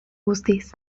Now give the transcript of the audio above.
guztiz